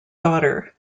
daughter